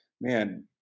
man